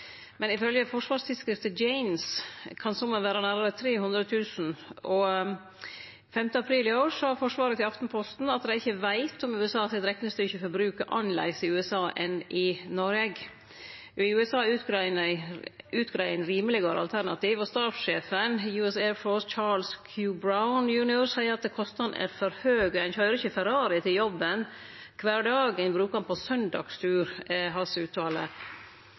men ifølgje forsvarstidsskriftet Jane’s kan summen vere nærare 300 000 kr. Den 5. april i år sa Forsvaret til Aftenposten at dei ikkje veit om USA sitt reknestykke for bruk er annleis i USA enn i Noreg. I USA er det utgreidd eit rimelegare alternativ. Stabssjefen i US Air Force, Charles Q. Brown jr., seier at kostnadene er for høge. Ein køyrer ikkje Ferrari til jobben kvar dag, ein brukar han på søndagstur, er hans uttale.